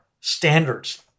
standards